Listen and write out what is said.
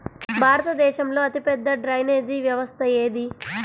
భారతదేశంలో అతిపెద్ద డ్రైనేజీ వ్యవస్థ ఏది?